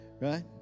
right